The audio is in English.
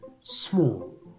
small